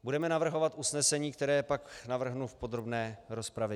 Budeme navrhovat usnesení, které pak navrhnu v podrobné rozpravě.